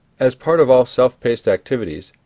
as part of all self-paced activities,